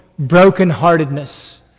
brokenheartedness